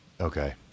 Okay